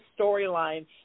storyline